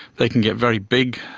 they can get very big,